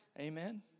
Amen